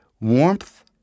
warmth